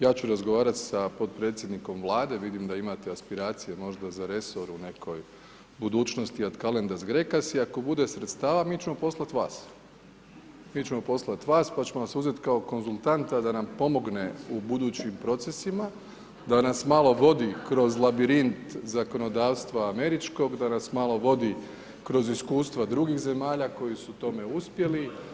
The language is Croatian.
Ja ću razgovarat s potpredsjednikom Vlade, vidim da imate aspiracije možda za resor u nekoj budućnosti… [[Govornik se ne razumije]] i ako bude sredstava, mi ćemo poslati vas, mi ćemo poslat vas, pa ćemo vas uzeti kao konzultanta da nam pomogne u budućim procesima da nas malo vodi kroz labirint zakonodavstva američkog, da nas malo vodi kroz iskustva drugih zemalja koji su tome uspjeli.